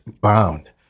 bound